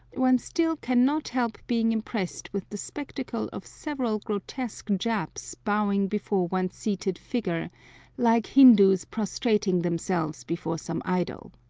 one still cannot help being impressed with the spectacle of several grotesque japs bowing before one's seated figure like hindoos prostrating themselves before some idol